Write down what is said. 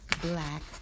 black